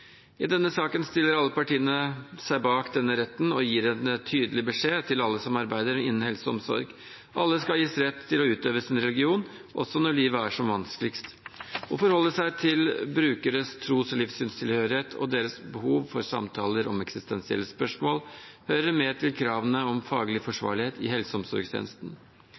I denne saken stiller alle partiene seg bak denne retten og gir en tydelig beskjed til alle som arbeider innen helse og omsorg. Alle skal gis rett til å utøve sin religion, også når livet er som vanskeligst. Å forholde seg til brukeres tros- og livssynstilhørighet, og deres behov for samtaler om eksistensielle spørsmål, hører med til kravene om faglig forsvarlighet i helse- og omsorgstjenesten.